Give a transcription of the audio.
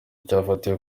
cyafatiwe